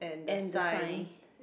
and the sign